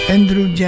Andrew